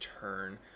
turn